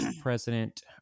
President